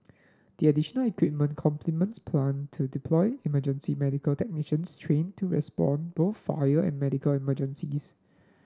the additional equipment complements plan to deploy emergency medical technicians trained to respond both fire and medical emergencies